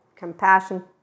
compassion